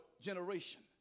generation